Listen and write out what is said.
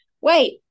Wait